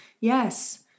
yes